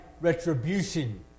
retribution